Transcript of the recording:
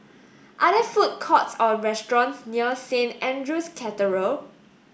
are there food courts or restaurants near Saint Andrew's Cathedral